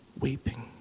weeping